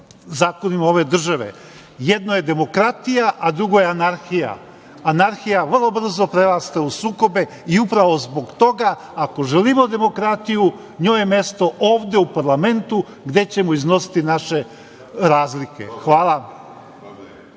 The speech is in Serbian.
zakonima ove države. Jedno je demokratija a drugo je anarhija. Anarhija vrlo brzo prerasta u sukobe i upravo zbog toga, ako želimo demokratiju, njoj je mesto ovde, u parlamentu, gde ćemo iznositi naše razlike. Hvala.